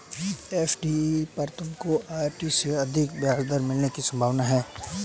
FD पर तुमको RD से अधिक ब्याज मिलने की संभावना है